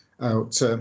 out